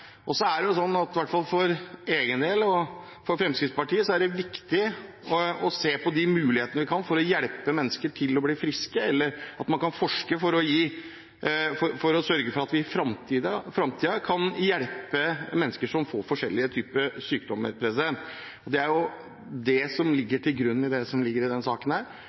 For egen del og for Fremskrittspartiet er det viktig å se på de mulighetene man har for å hjelpe mennesker til å bli friske eller til å forske for å sørge for at man i framtiden kan hjelpe mennesker som får forskjellige typer sykdommer. Det er det som ligger til grunn for denne saken. Derfor er jeg godt fornøyd med at man nå klarer å ivareta personvernet på en god måte, samtidig som vi også ivaretar det som